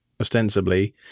ostensibly